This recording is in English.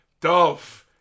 Dolph